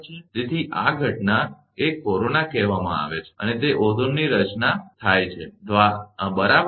તેથી આ ઘટનાને કોરોના કહેવામાં આવે છે અને તે ઓઝોનની રચના દ્વારા સાથે છે બરાબર